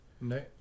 No